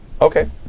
Okay